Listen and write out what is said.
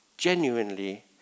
genuinely